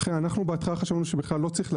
אנחנו בהתחלה חשבנו שבכלל לא צריך להגביל,